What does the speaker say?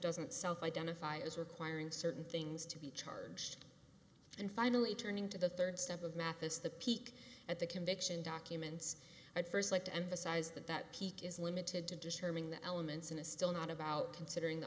doesn't self identify as requiring certain things to be charged and finally turning to the third step of mathis the peek at the conviction documents i'd first like to emphasize that that peak is limited to determining the elements and it's still not about considering the